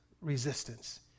resistance